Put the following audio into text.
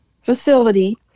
facility